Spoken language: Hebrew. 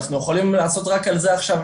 אנחנו יכולים לעשות רק על זה עכשיו,